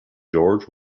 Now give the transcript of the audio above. george